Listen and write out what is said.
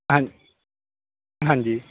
ਹਾਂਜੀ ਹਾਂਜੀ